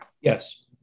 Yes